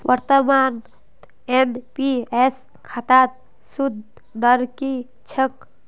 वर्तमानत एन.पी.एस खातात सूद दर की छेक